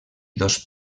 dos